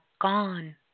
gone